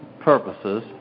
purposes